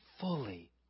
fully